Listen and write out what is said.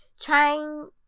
trying